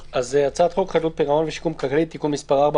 הצעת חוק חדלות פירעון ושיקום כלכלי (תיקון מס' 4,